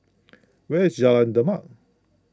where is Jalan Demak